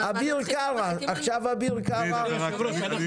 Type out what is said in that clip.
אביר קארה, בבקשה.